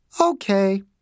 Okay